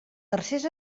tercers